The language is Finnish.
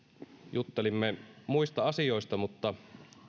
juttelimme muista asioista mutta